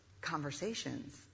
conversations